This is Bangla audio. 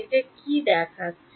এটা কি ঠিক দেখাচ্ছে